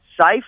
safe